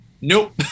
nope